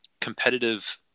competitive